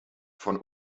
von